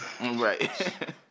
Right